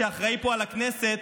שאחראי פה לכנסת,